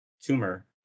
tumor